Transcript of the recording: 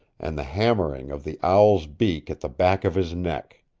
and the hammering of the owl's beak at the back of his neck.